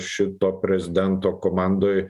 šito prezidento komandoj